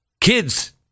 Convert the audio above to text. kids